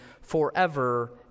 forever